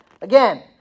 Again